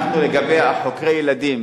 לגבי חוקרי הילדים,